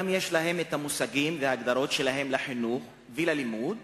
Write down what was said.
גם יש להם מושגים והגדרות משלהם לחינוך וללימוד,